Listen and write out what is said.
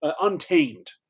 untamed